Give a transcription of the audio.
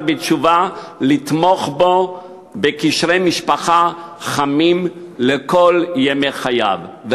בתשובה לתמוך בו בקשרי משפחה חמים לכל ימי חייו,